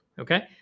okay